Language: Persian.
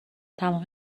تمام